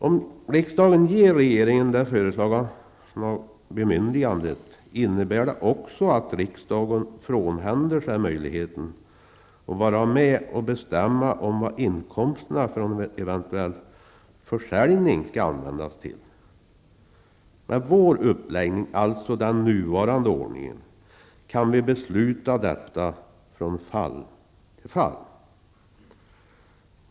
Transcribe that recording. Om riksdagen ger regeringen det föreslagna bemyndigandet innebär det också att riksdagen frånhänder sig möjligheten att vara med och bestämma om vad inkomsterna från eventuella försäljningar skall användas till. Med vår uppläggning, dvs. den nuvarande ordningen, kan vi besluta detta, från fall till fall.